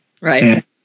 Right